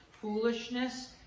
foolishness